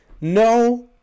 no